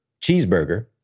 cheeseburger